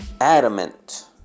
adamant